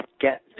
get